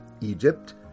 Egypt